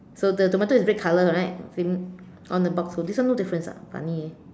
so the tomato is red color right same on the box so this one no difference ah funny eh